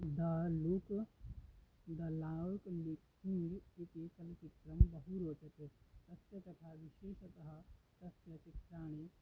the look the लावक् लिखी इति चलचित्रं बहु रोचते तस्य कथा विशेषतः तस्य चित्राणि